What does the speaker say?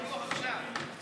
סיפוח עכשיו.